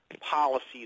policies